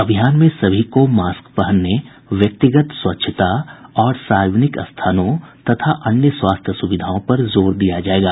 अभियान में सभी को मास्क पहनने व्यक्तिगत स्वच्छता और सार्वजनिक स्थानों और अन्य स्वास्थ्य सुविधाओं पर जोर दिया जाएगा